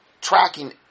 tracking